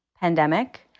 pandemic